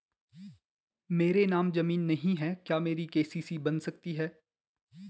मेरे नाम ज़मीन नहीं है क्या मेरी के.सी.सी बन सकती है?